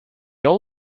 all